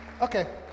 okay